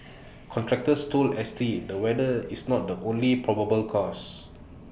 contractors told S T the weather is not the only probable cause